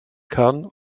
kern